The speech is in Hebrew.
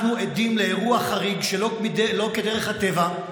אנחנו עדים לאירוע חריג שלא כדרך הטבע,